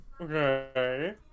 Okay